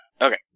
Okay